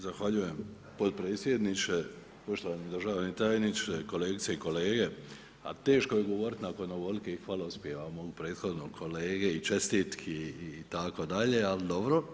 Zahvaljujem podpredsjedniče, poštovani državni tajniče, kolegice i kolege, a teško je govoriti nakon ovolikih hvalospjeva mog prethodnog kolege i čestitki itd., al dobro.